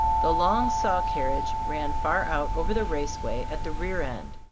the long saw-carriage ran far out over the raceway at the rear end.